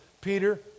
Peter